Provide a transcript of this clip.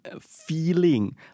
feeling